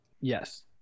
yes